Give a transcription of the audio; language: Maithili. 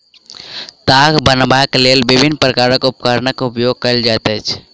ताग बनयबाक लेल विभिन्न प्रकारक उपकरणक उपयोग कयल जाइत अछि